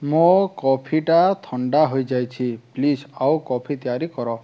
ମୋ କଫିଟା ଥଣ୍ଡା ହୋଇଯାଇଛି ପ୍ଳିଜ୍ ଆଉ କଫି ତିଆରି କର